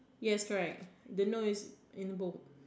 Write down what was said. yes correct the no is in old